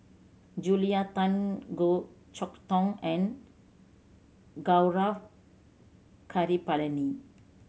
Julia Tan Goh Chok Tong and Gaurav Kripalani